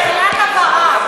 יש לי שאלת הבהרה.